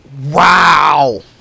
Wow